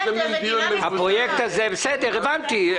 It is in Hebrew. הבנתי.